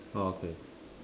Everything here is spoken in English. ah okay